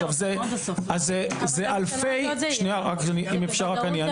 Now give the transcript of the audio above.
עכשיו, זה, זה אלפי, שנייה, אם אפשר רק אני אענה.